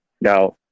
now